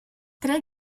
tre